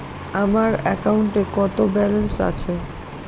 আমার অ্যাকাউন্টে কত ব্যালেন্স আছে?